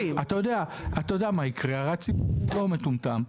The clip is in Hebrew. אתה הרי יודע מה יקרה, הציבור הוא לא מטומטם.